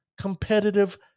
competitive